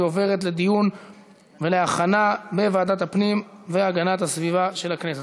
והיא עוברת לדיון ולהכנה בוועדת הפנים והגנת הסביבה של הכנסת.